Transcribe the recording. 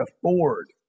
afford